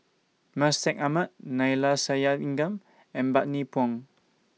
Mustaq Ahmad Neila Sathyalingam and Bani Buang